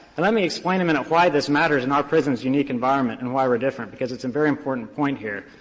and let me explain a minute why this matters in our prison's unique environment and why we're different, because it's a very important point here.